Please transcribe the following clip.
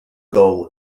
goal